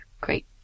great